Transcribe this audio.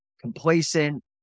complacent